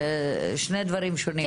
זה שני דברים שונים.